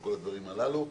וכל הדברים הללו.